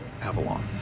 Avalon